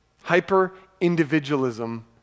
Hyper-individualism